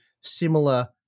similar